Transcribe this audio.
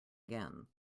again